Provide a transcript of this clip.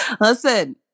Listen